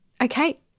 Okay